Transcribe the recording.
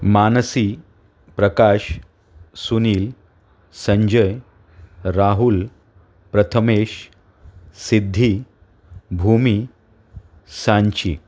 Mansi Prakash Sunil Sanjay Rahul Prathamesh Siddhi Bhumi Sanchi